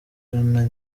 adeline